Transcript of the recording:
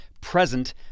Present